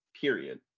period